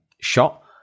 shot